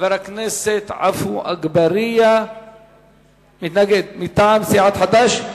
חבר הכנסת עפו אגבאריה מטעם סיעת חד"ש,